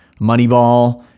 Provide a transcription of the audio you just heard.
Moneyball